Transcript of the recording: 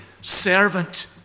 servant